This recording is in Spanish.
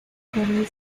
cobre